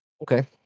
okay